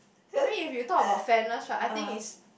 I think if you talk about fairness right I think is